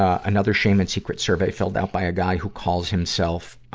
ah another shame and secret survey filled out by a guy who calls himself, ah,